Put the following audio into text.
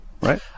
Right